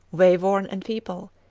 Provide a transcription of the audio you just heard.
wayworn and feeble,